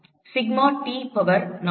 sigma T power நான்கு